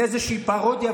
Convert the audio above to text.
לאיזושהי פרודיה,